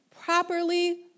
properly